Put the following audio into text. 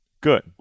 Good